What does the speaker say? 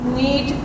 need